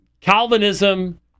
Calvinism